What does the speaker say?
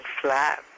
flat